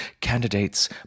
Candidates